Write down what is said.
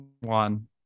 One